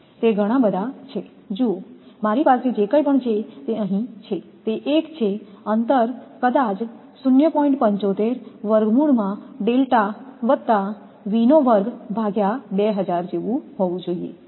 તે ઘણા બધા છે જુઓ મારી પાસે જે કંઈપણ છે તે અહીં છે તે એક છે અંતર કદાચ હોવું જોઈએ